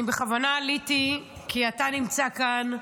אני בכוונה עליתי כי אתה נמצא כאן,